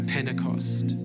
Pentecost